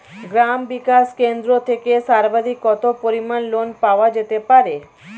গ্রাম বিকাশ কেন্দ্র থেকে সর্বাধিক কত পরিমান লোন পাওয়া যেতে পারে?